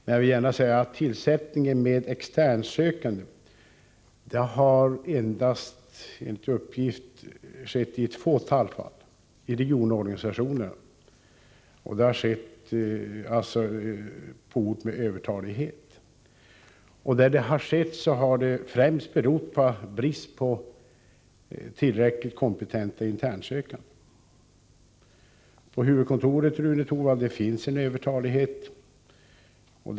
Men jag vill gärna säga att tillsättning med externsökande har, enligt uppgift, skett endast i ett fåtal falli regionorganisationerna, och det har varit på orter med övertalighet. Där det har skett har det främst berott på brist på tillräckligt kompetenta internsökande. På huvudkontoret finns övertalighet, Rune Torwald.